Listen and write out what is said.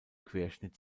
querschnitt